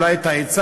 אולי את העצה,